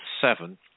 seven